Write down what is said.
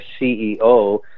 CEO